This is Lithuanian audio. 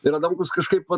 ir adamkus kažkaip